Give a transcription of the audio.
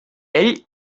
ell